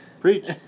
Preach